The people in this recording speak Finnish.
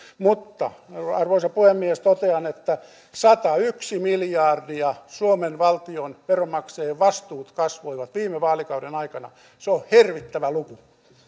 arvoisa puhemies kuitenkin totean että satayksi miljardia suomen valtion veronmaksa jien vastuut kasvoivat viime vaalikauden aikana se on hirvittävä luku